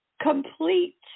complete